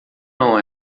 não